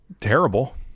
terrible